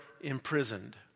imprisoned